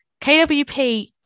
KWP